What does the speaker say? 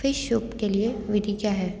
fish soup के लिए विधि क्या है